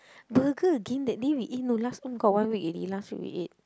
burger again that day we eat no last time got one week already last week we ate